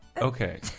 Okay